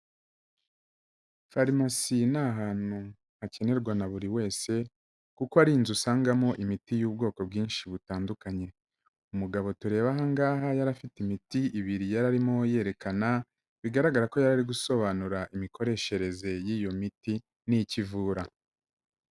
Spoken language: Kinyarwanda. Farumasi ni ahantu hakenerwa na buri wese kuko ari inzu usangamo imiti y'ubwoko bwinshi butandukanye, umugabo tureba aha ngaha yari afite imiti ibiri yari arimo yerekana, bigaragara ko yari gusobanura imikoreshereze y'iyo miti n'icyo ikivura.